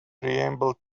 preamble